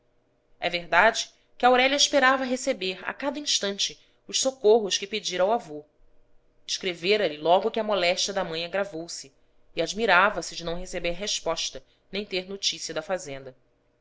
é verdade que aurélia esperava receber a cada instante os socorros que pedira ao avô escreveralhe logo que a moléstia da mãe agravou se e admirava-se de não receber resposta nem ter notícias da fazenda